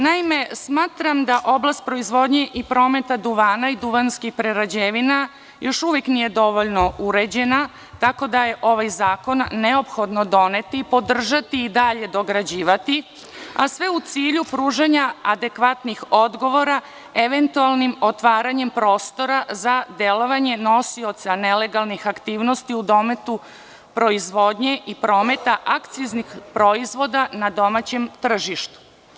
Naime, smatram da oblast proizvodnje i prometa duvana i duvanskih prerađevina još uvek nije dovoljno uređena, tako da je ovaj zakon ne ophodno doneti, podržati i dalje dograđivati, a sve u cilju pružanja adekvatnih odgovora eventualnim otvaranjem prostora za delovanje nosioca ne legalnih aktivnosti u dometu proizvodnji prometa akciznih proizvoda na domaćem tržištu.